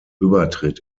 übertritt